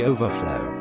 Overflow